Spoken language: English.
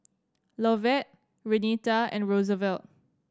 Lovett Renita and Roosevelt